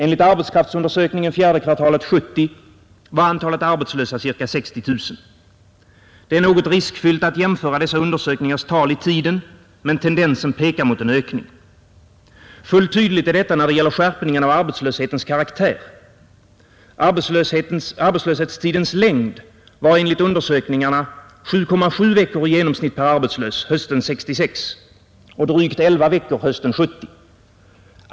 Enligt arbetskraftsundersökningen fjärde kvartalet 1970 var antalet arbetslösa ca 60 000. Det är något riskfyllt att jämföra dessa undersökningars tal i tiden men tendensen pekar mot en ökning. Fullt tydligt är detta när det gäller skärpningen av arbetslöshetens karaktär. Arbetslöshetens längd var enligt undersökningarna 7,7 veckor i genomsnitt per arbetslös hösten 1966 och drygt 11 veckor hösten 1970.